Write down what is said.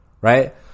Right